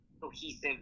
cohesive